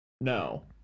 No